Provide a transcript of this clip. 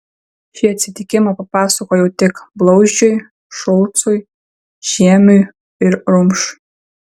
šį atsitikimą papasakojau tik blauzdžiui šulcui žiemiui ir rumšui